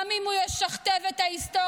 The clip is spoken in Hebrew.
גם אם הוא ישכתב את ההיסטוריה,